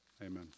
Amen